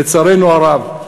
לצערנו הרב,